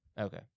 Okay